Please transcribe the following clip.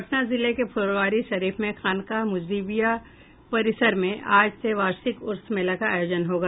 पटना जिले के फुलवारीशरीफ में खानकाह मुजीबिया परिसर में आज से वार्षिक उर्स मेला का आयोजन होगा